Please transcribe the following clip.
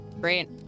great